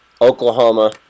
Oklahoma